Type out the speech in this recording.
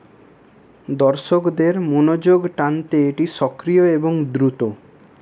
দর্শকদের মনোযোগ টানতে এটি সক্রিয় এবং দ্রুত